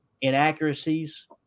inaccuracies